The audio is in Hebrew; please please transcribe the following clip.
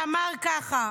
ואמר ככה,